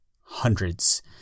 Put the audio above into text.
hundreds